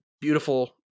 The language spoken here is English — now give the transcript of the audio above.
beautiful